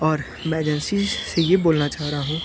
और मैं एजेंसीज़ ये बोलना चाह रहा हूँ